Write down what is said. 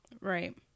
Right